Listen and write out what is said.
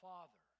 Father